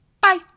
Bye